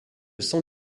san